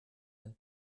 ein